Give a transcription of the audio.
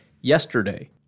yesterday